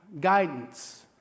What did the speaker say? guidance